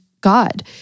God